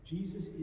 Jesus